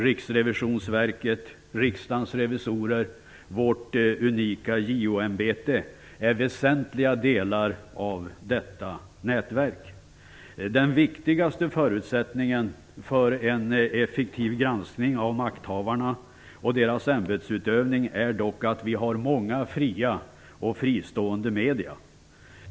Riksrevisionsverket, Riksdagens revisorer och vårt unika JO-ämbete är väsentliga delar av detta nätverk. Den viktigaste förutsättningen för en effektiv granskning av makthavarana och deras ämbetsutövning är dock att vi har många fria och fristående medier.